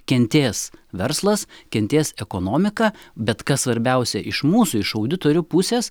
kentės verslas kentės ekonomika bet kas svarbiausia iš mūsų iš auditorių pusės